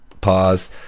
Pause